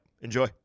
Enjoy